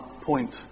point